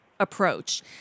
approach